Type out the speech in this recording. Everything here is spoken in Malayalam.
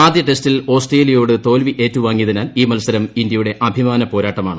ആദ്യ ടെസ്റ്റിൽ ഓസ്ട്രേലിയയോട് തോൽവി ഏറ്റുവാങ്ങിയതിനാൽ ഈ മത്സരം ഇന്ത്യയുടെ അഭിമാന പോരാട്ടമാണ്